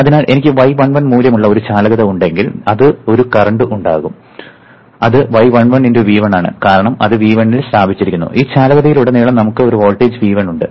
അതിനാൽ എനിക്ക് y11 മൂല്യമുള്ള ഒരു ചാലകത ഉണ്ടെങ്കിൽ അത് ഒരു കറന്റ് ഉണ്ടാകും അത് y11 × V1 ആണ് കാരണം അത് V1 ൽ സ്ഥാപിച്ചിരിക്കുന്നു ഈ ചാലകതയിലുടനീളം നമുക്ക് ഒരു വോൾട്ടേജ് V1 ഉണ്ട്